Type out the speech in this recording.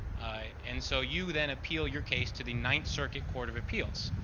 and so, you then appeal your case to the ninth circuit court of appeals.